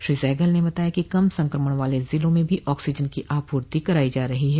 श्री सहगल ने बताया कि कम संक्रमण वाले जिलों में भी आक्सीजन की आप्रर्ति कराई जा रही है